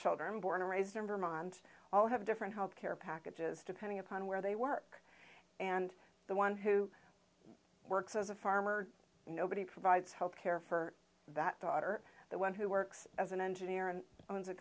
children born and raised in vermont all have different health care packages depending upon where they work and the one who works as a farmer nobody provides health care for that daughter that one who works as an engineer and owns a